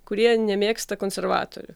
kurie nemėgsta konservatorių